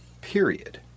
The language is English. period